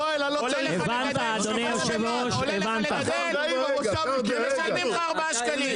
עולה לך לגדל מה שעולה לך לגדל והם משלמים לך ארבעה שקלים.